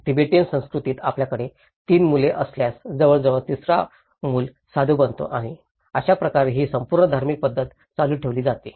Tibetan संस्कृतीत आपल्याकडे 3 मुले असल्यास जवळजवळ तिसरा मूल साधू बनतो आणि अशाप्रकारे ही संपूर्ण धार्मिक पद्धत चालू ठेवली जाते